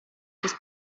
his